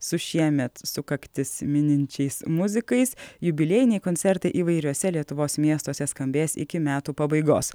su šiemet sukaktis mininčiais muzikais jubiliejiniai koncertai įvairiuose lietuvos miestuose skambės iki metų pabaigos